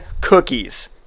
Cookies